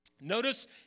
Notice